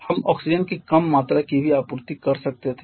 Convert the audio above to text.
हम ऑक्सीजन की कम मात्रा की भी आपूर्ति कर सकते थे